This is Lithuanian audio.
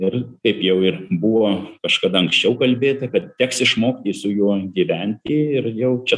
ir kaip jau ir buvo kažkada anksčiau kalbėta kad teks išmokti su juo gyventi ir jau čia